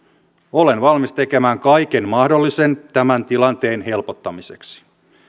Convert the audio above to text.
olen valmis tekemään kaiken mahdollisen tämän tilanteen helpottamiseksi